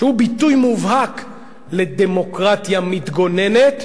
הוא ביטוי מובהק לדמוקרטיה מתגוננת,